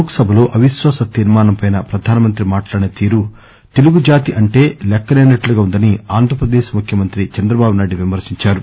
లోక్ సభ లో అవిశ్వాస తీర్మానం పై ప్రధాన మంత్రి మాట్లాడిన తీరు తెలుగు జాతి అంటే లెక్కలేనట్లుగా ఉందని ఆంధ్ర ప్రదేశ్ ముఖ్యమంత్రి చంద్రబాబు నాయుడు విమర్పించారు